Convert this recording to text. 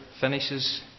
finishes